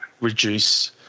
reduce